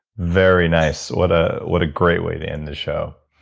very nice. what ah what a great way to end the show